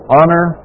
honor